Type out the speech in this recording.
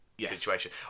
situation